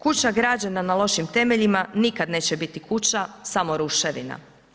Kuća građena na lošim temeljima nikad neće biti kuća samo ruševina.